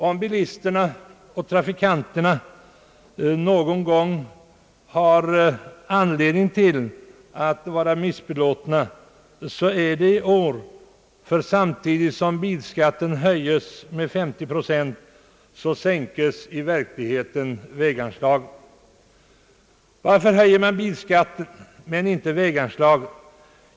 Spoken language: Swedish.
Om bilisterna och trafikanterna någon gång har anledning att vara missbelåtna så är det just i år, ty samtidigt som bilskatten höjes med 50 procent sänkes i verkligheten väganslagen. Varför höjer man bilskatten men inte väganslagen?